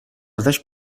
ازش